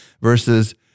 versus